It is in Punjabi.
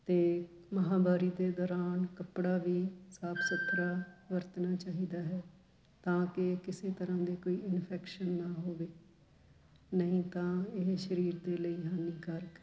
ਅਤੇ ਮਹਾਂਵਾਰੀ ਦੇ ਦੌਰਾਨ ਕੱਪੜਾ ਵੀ ਸਾਫ ਸੁਥਰਾ ਵਰਤਣਾ ਚਾਹੀਦਾ ਹੈ ਤਾਂ ਕਿ ਕਿਸੇ ਤਰ੍ਹਾਂ ਦੇ ਕੋਈ ਇਨਫੈਕਸ਼ਨ ਨਾ ਹੋਵੇ ਨਹੀਂ ਤਾਂ ਇਹ ਸਰੀਰ ਦੇ ਲਈ ਹਾਨੀਕਾਰਕ ਹੈ